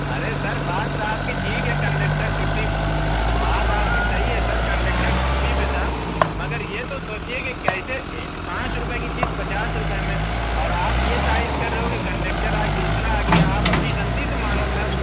ارے sir بات تو آپ کی ٹھیک ہے كنڈیكٹر چھٹّی بات آپ كی صحیح ہے سر كنڈیكٹر چھٹّی پہ تھا مگر یہ تو سوچیے کہ کیسے پانچ روپئے کی چیز پچاس روپئے میں اور آپ یہ تائید کر رہے ہو کہ کنڈیکٹر آج دوسرا آ گیا آپ اپنی غلطی تو مانو سر